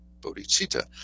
bodhicitta